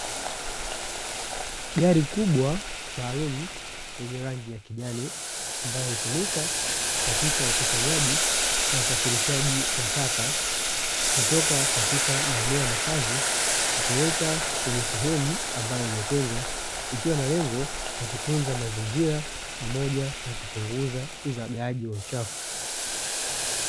Gari kubwa maalumu lenye rangi ya kijani, ambalo hutumika katika ukusanyaji na usafirishaji wa taka kutoka katika maeneo ya makazi kupeleka kwenye sehemu ambayo imetengwa. Ikiwa na lengo la kutunza mazingira pamoja na kupunguza uzagaaji wa uchafu.